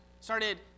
started